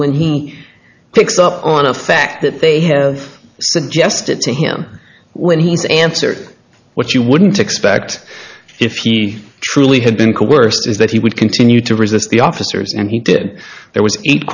when he picks up on a fact that they have suggested to him when he's answered what you wouldn't expect if he truly had been coerced is that he would continue to resist the officers and he did there was eight